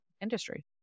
industry